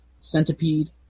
Centipede